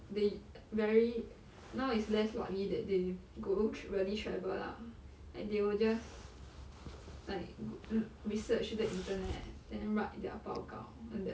they very now is less likely that they go really travel lah like they will just like go research the internet then write their 报告 on that